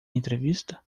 entrevista